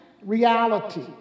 reality